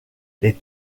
les